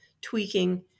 tweaking